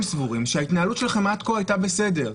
סבורים שההתנהלות שלכם עד כה הייתה בסדר,